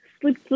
Sleep